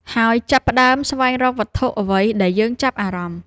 ហើយចាប់ផ្ដើមស្វែងរកវត្ថុអ្វីដែលយើងចាប់អារម្មណ៍។